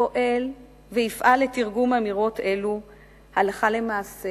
פועל ויפעל לתרגום אמירות אלו הלכה למעשה